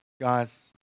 Guys